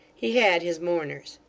he had his mourners.